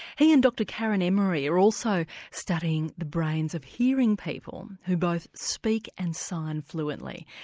he and dr karen emmorey are also studying the brains of hearing people who both speak and sign fluently.